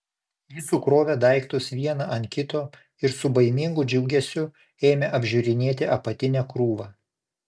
ji sukrovė daiktus vieną ant kito ir su baimingu džiugesiu ėmė apžiūrinėti apatinę krūvą